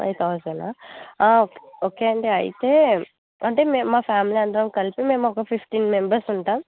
five thousand okay అండి అయితే అంటే మే మా ఫ్యామిలీ అందరం కలిసి మేము ఒక ఫిఫ్టీన్ మెంబర్స్ ఉంటాం